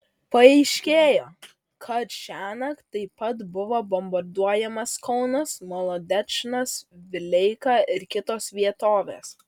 paaiškėjo kad šiąnakt taip pat buvo bombarduojamas kaunas molodečnas vileika ir kitos vietovės